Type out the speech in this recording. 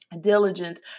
diligence